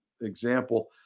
example